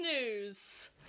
news